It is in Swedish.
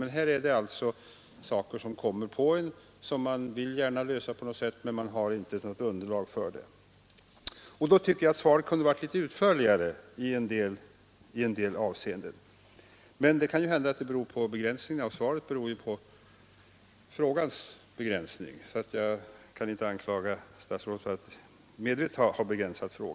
Här gäller det emellertid frågor som man ställs inför att lösa och som man gärna vill lösa men där man inte har något underlag. Mot denna bakgrund tycker jag att svaret kunde ha varit litet utförligare i en del avseenden. Men det kan ju hända att begränsningen av svaret beror på frågans begränsning, så jag kan inte anklaga statsrådet för att medvetet ha begränsat svaret.